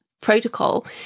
protocol